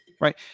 right